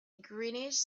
greenish